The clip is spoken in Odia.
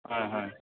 ହଁଏ ହଁଏ